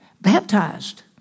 Baptized